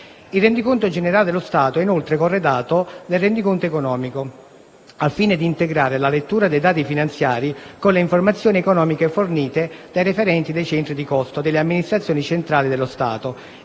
Il rendiconto generale dello Stato è inoltre corredato dal rendiconto economico al fine di integrare la lettura dei dati finanziari con le informazioni economiche fornite dai referenti dei centri di costo delle amministrazioni centrali dello Stato